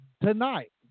Tonight